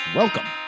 welcome